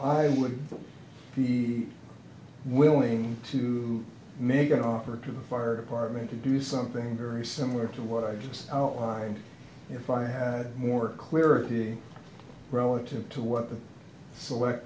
i would be willing to make an offer to the fire department to do something very similar to what i just outlined if i had more clearer view relative to what the select